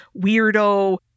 weirdo